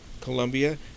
Colombia